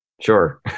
Sure